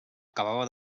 acabava